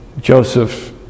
Joseph